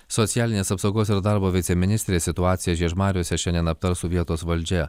socialinės apsaugos ir darbo viceministrė situaciją žiežmariuose šiandien aptars su vietos valdžia